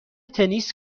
تنیس